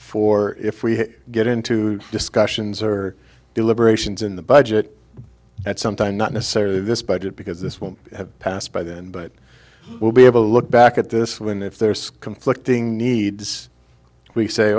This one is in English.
for if we get into discussions or deliberations in the budget at some time not necessarily this budget because this won't have passed by then but we'll be able to look back at this when if there's conflicting needs we say